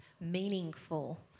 meaningful